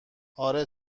آره